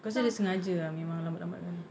aku rasa dia sengaja ah memang lambat-lambatkan